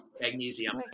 magnesium